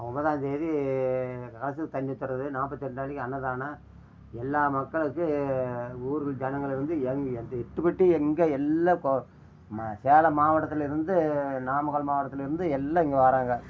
ஒம்பதாந்தேதி கலசத்துக்கு தண்ணி ஊத்துறது நாற்பத்தெட்டு நாளைக்கு அன்னதானம் எல்லா மக்களுக்கு ஊர் ஜனங்கள்லருந்து அந்த எட்டுப்பட்டி எங்கே எல்லாம் போவோம் நம்ம சேலம் மாவட்டத்தில் இருந்து நாமக்கல் மாவட்டத்தில் இருந்து எல்லாம் இங்க வாராங்க